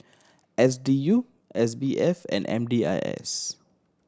S D U S B F and M D I S